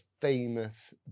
famous